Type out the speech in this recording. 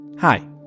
Hi